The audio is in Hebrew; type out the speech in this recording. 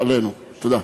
תודה.